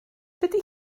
dydy